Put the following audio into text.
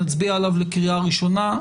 נצביע עליו לקריאה ראשונה,